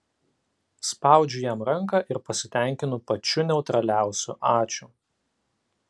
spaudžiu jam ranką ir pasitenkinu pačiu neutraliausiu ačiū